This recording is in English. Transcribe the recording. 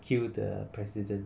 kill the president